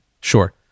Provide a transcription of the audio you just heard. Sure